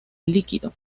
líquido